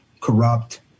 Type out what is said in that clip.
corrupt